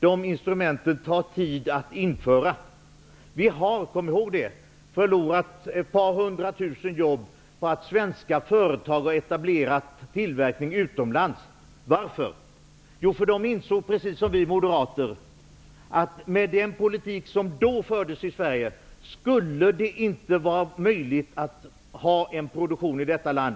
Man skall komma ihåg att vi har förlorat ett par hudra tusen jobb på att svenska företag har etablerat tillverkning utomlands. Varför? Jo, de -- precis som vi moderater -- insåg att med den politik som då fördes i Sverige var det inte möjligt att ha en produktion här i landet.